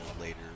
later